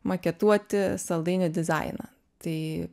maketuoti saldainių dizainą tai